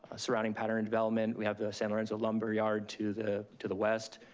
ah surrounding pattern and development, we have the san lorenzo lumberyard to the to the west.